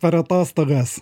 per atostogas